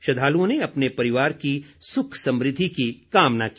श्रद्दालुओं ने अपने परिवार की सुख समृद्वि की कामना की